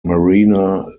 marina